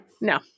no